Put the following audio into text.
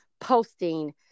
posting